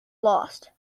lost